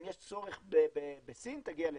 אם יש צורך בסין תגיע לסין,